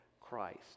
Christ